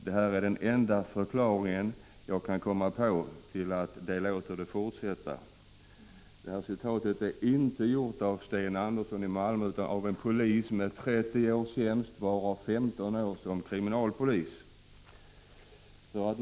Det här är den enda förklaringen jag kan komma på till att de låter det fortsätta.” Detta är inte ett citat av någonting som Sten Andersson i Malmö har sagt utan av vad en polis med 30 års tjänst, varav 15 år som kriminalpolis, har sagt.